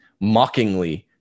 mockingly